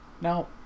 Now